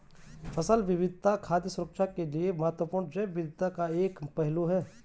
फसल विविधता खाद्य सुरक्षा के लिए महत्वपूर्ण जैव विविधता का एक पहलू है